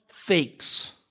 fakes